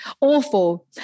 Awful